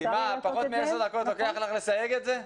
אופטימי, פחות מ-10 דקות לוקח לך לסייג את זה?